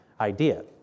idea